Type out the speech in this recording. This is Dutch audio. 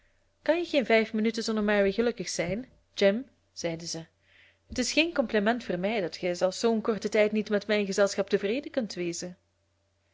kan je geen vijf minuten zonder mary gelukkig zijn jim zeide zij het is geen compliment voor mij dat gij zelfs zoo'n korten tijd niet met mijn gezelschap tevreden kunt wezen